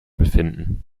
befinden